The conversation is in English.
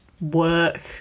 work